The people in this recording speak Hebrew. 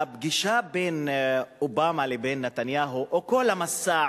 הפגישה בין אובמה לבין נתניהו או כל המסע